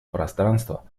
пространства